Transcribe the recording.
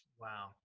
Wow